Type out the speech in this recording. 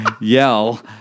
yell